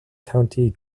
county